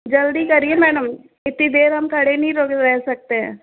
जल्दी करिए मैडम इतनी देर हम नहीं रह सकते हैं